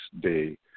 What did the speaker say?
day